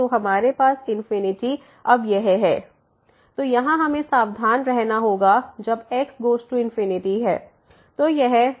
तोहमारे पास अब यह है x→∞1ln 1 1x तो यहाँ हमें सावधान रहना होगा जब x goes to है